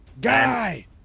Guy